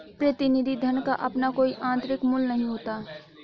प्रतिनिधि धन का अपना कोई आतंरिक मूल्य नहीं होता है